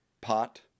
pot